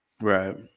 Right